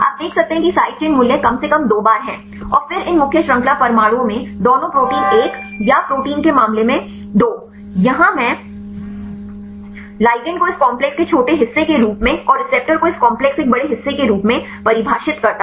आप देख सकते हैं कि साइड चेन मूल्य कम से कम दो बार हैं और फिर इन मुख्य श्रृंखला परमाणुओं में दोनों प्रोटीन 1 या प्रोटीन के मामले में 2 यहाँ मैं लिगेंड को इस कॉम्प्लेक्स के छोटे हिस्से के रूप में और रिसेप्टर को इस कॉम्प्लेक्स के एक बड़े हिस्से के रूप में परिभाषित करता हूं